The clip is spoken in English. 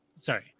Sorry